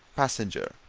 passenger,